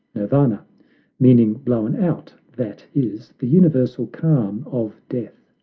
nirvana meaning blown out, that is, the universal calm of death.